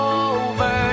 over